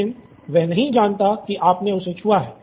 लेकिन वह नहीं जानता कि आपने उसे छुआ है